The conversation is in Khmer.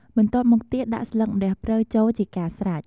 បន្ទាប់មកទៀតដាក់ស្លឹកម្រះព្រៅចូល ជាការស្រេច។